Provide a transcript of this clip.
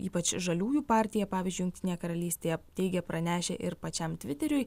ypač žaliųjų partija pavyzdžiui jungtinėje karalystėje teigia pranešę ir pačiam tviteriui